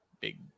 big